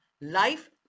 life